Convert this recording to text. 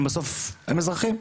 הם אזרחים.